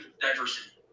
diversity